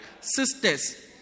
sisters